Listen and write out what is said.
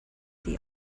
the